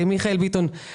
מיכאל ביטון,